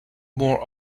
more